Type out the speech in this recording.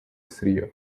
сырье